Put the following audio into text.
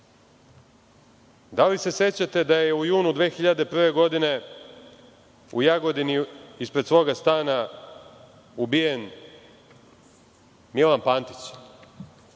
li se sećate da je u junu 2001. godine u Jagodini ispred svog stana ubijen Milan Pantić?